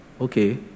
okay